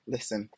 Listen